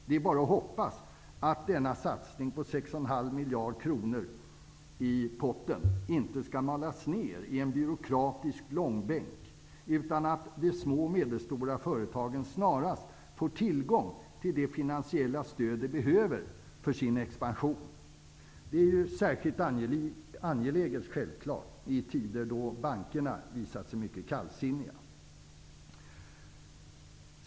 Det är bara att hoppas att denna satsning med 6,5 miljarder kronor i potten inte skall malas ner i en byråkratisk långbänk, utan att de små och medelstora företagen snarast får tillgång till det finansiella stöd de behöver för sin expansion. Det är självfallet särskilt angeläget i tider då bankerna visat sig mycket kallsinniga.